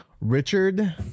Richard